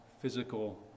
physical